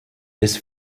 this